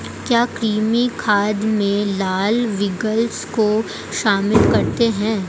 क्या कृमि खाद में लाल विग्लर्स को शामिल करते हैं?